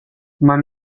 მან